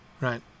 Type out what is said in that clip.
right